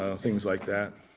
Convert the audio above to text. things like that.